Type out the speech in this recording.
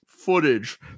Footage